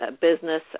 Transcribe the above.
business